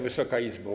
Wysoka Izbo!